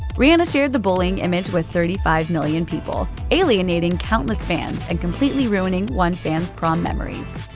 rihanna shared the bullying image with thirty five million people, alienating countless fans, and completely ruining one fan's prom memories.